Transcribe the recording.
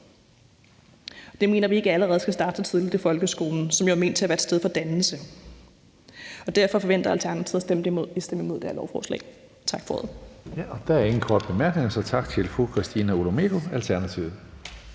Det mener vi ikke allerede skal starte så tidligt i folkeskolen, som jo er ment som et sted for dannelse. Derfor forventer Alternativet at stemme imod det her lovforslag. Tak for ordet. Kl. 18:40 Tredje næstformand (Karsten Hønge): Der er ingen korte bemærkninger, så tak til fru Christina Olumeko, Alternativet.